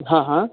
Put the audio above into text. हाँ हाँ